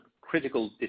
critical